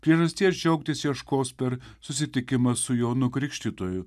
priežasties džiaugtis ieškos per susitikimą su jonu krikštytoju